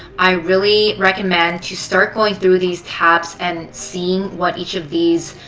i really recommend to start going through these tabs and seeing what each of these